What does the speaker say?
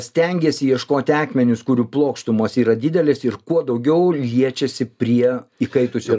stengiesi ieškoti akmenis kurių plokštumos yra didelės ir kuo daugiau liečiasi prie įkaitusio